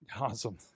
Awesome